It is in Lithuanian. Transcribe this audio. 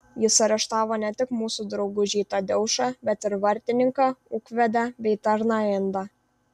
jis areštavo ne tik mūsų draugužį tadeušą bet ir vartininką ūkvedę bei tarną indą